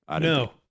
No